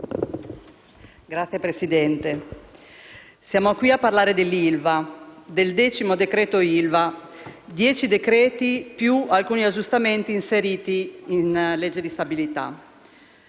Signor Presidente, siamo qui a parlare dell'ILVA, del decimo decreto-legge ILVA: dieci decreti-legge più alcuni aggiustamenti inseriti nella legge di stabilità.